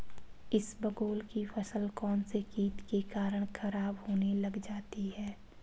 इसबगोल की फसल कौनसे कीट के कारण खराब होने लग जाती है?